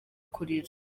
kurira